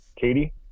Katie